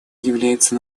является